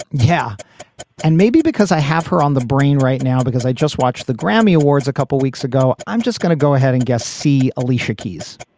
yeah and maybe because i have her on the brain right now because i just watched the grammy awards a couple weeks ago i'm just gonna go ahead and get see alicia keys,